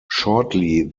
shortly